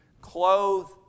Clothe